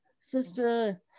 sister